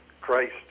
Christ